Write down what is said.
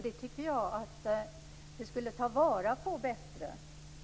Detta skall tas till vara bättre.